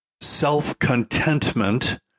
self-contentment